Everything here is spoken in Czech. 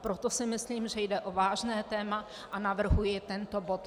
Proto si myslím, že jde o vážné téma, a navrhuji tento bod.